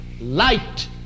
light